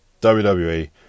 WWE